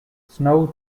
snow